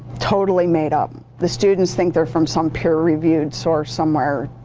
totally made up. the students think they're from some peer review source somewhere.